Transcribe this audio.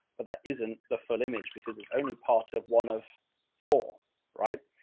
but that isn't the full image because it's only part of one of four right?